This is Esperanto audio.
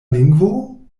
lingvo